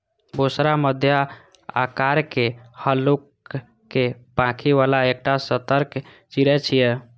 बुशरा मध्यम आकारक, हल्लुक पांखि बला एकटा सतर्क चिड़ै छियै